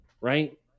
right